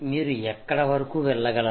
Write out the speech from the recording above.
మీరు ఎక్కడ వరకు వెళ్లగలరు